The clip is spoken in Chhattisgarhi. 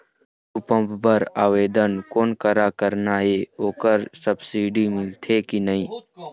टुल्लू पंप बर आवेदन कोन करा करना ये ओकर सब्सिडी मिलथे की नई?